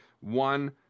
one